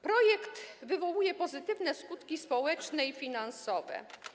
Projekt wywołuje pozytywne skutki społeczne i finansowe.